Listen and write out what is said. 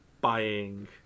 buying